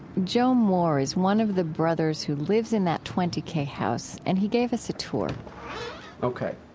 joe moore is one of the brothers who lives in that twenty k house, and he gave us a tour ok.